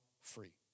free